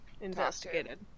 investigated